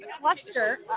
cluster